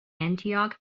antioch